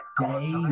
day